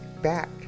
back